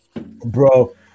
Bro